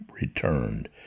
returned